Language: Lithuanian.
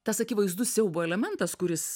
tas akivaizdus siaubo elementas kuris